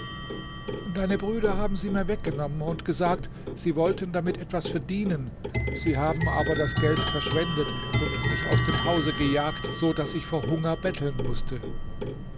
deine brüder haben mir sie weggenommen und gesagt sie wollten damit etwas verdienen sie haben aber das geld verschwendet und mich aus dem hause gejagt so daß ich vor hunger betteln mußte